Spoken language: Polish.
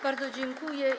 Bardzo dziękuję.